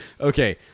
Okay